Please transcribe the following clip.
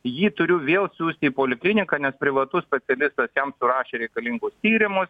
jį turiu vėl siųsti į polikliniką nes privatus specialistas jam surašė reikalingus tyrimus